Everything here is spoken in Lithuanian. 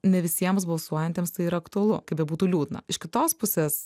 ne visiems balsuojantiems tai yra aktualu kaip bebūtų liūdna iš kitos pusės